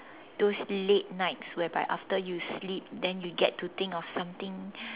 those late nights whereby after you sleep then you get to think of something